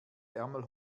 ärmel